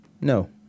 no